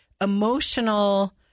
emotional